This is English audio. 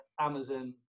Amazon